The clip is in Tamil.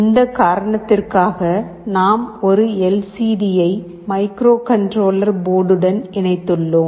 இந்த காரணத்திற்காக நாம் ஒரு எல் சி டியை மைக்ரோகண்ட்ரோலர் போர்டுடன் இணைத்துள்ளோம்